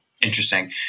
Interesting